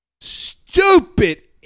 Stupid